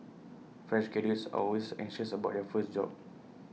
fresh graduates are always anxious about their first job